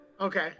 Okay